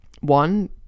one